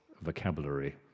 vocabulary